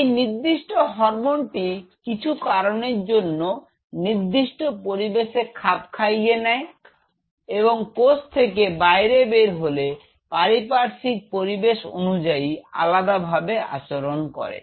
এখন এই নির্দিষ্ট হরমোনটি কিছু কারণের জন্য একটি নির্দিষ্ট পরিবেশে খাপ খাইয়ে নেয় এবং কোষ থেকে বাইরে বের হলে পারিপার্শ্বিক পরিবেশ অনুযায়ী আলাদাভাবে আচরণ করে